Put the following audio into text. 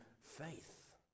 faith